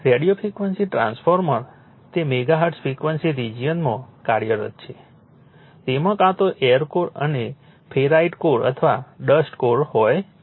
radio frequency transformer તે megahertz frequency રિજનમાં કાર્યરત છે તેમાં કાં તો એર કોર અને ફેરાઈટ કોર અથવા ડસ્ટ કોર હોય છે